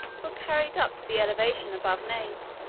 were carried up to the elevation above named,